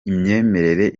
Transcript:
imyemerere